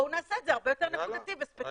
בואו נעשה את זה הרבה יותר נקודתי וספציפי.